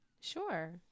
Sure